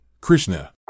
Krishna